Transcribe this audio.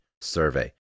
survey